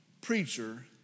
preacher